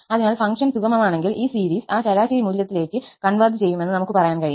അതിനാൽ ഫംഗ്ഷൻ സുഗമമാണെങ്കിൽ ഈ സീരീസ് ആ ശരാശരി മൂല്യത്തിലേക്ക് കൺവെർജ് ചെയ്യുമെന്ന് നമുക്ക് പറയാൻ കഴിയും